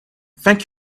thank